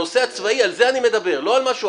הנושא הצבאי, על זה אני מדבר, לא